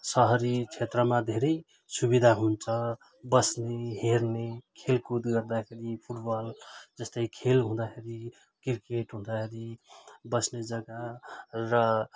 सहरी क्षेत्रमा धेरै सुविधा हुन्छ बस्ने हेर्ने खेलकुद गर्दाखेरि फुटबल जस्तै खेल हुँदाखेरि क्रिकेट हुँदाखेरि बस्ने जग्गा र